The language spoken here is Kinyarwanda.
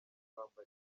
rwambariro